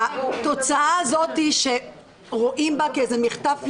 התוצאה הזאת שרואים בה כאיזה מחטף לילי,